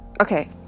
Okay